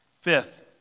Fifth